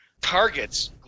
targets